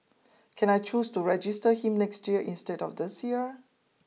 can I choose to register him next year instead of this year